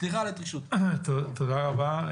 סליחה על --- תודה רבה.